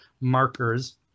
markers